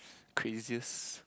craziest